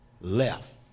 left